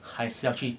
还是要去